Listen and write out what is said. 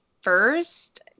first